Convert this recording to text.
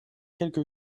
quelque